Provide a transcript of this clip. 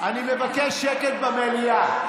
אני מבקש שקט במליאה.